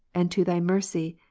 and to thy mercy,